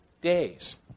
days